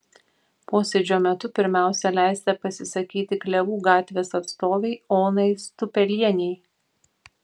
posėdžio metu pirmiausia leista pasisakyti klevų gatvės atstovei onai stupelienei